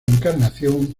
encarnación